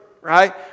right